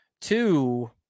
Two